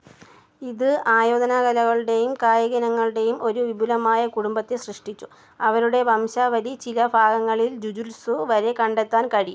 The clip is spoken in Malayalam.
ഇത് ആയോധന കലകളുടെയും കായിക ഇനങ്ങളുടെയും ഒരു വിപുലമായ കുടുമ്പത്തെ സൃഷ്ടിച്ചു അവരുടെ വംശാവലി ചില ഭാഗങ്ങളിൽ ജുജുത്സു വഴി കണ്ടെത്താൻ കഴിയും